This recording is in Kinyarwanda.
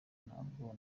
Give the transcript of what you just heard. ntabwo